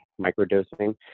microdosing